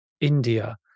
India